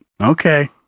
Okay